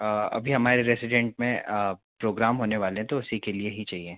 अभी हमारे रेज़िडेंट में प्रोग्राम होने वाले हैं तो उसी के लिए ही चाहिए